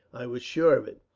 i was sure of it.